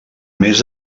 més